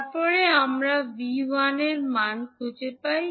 তারপরে আমরা 𝑉1 এর মান খুঁজে পাই